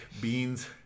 beans